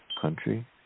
country